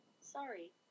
Sorry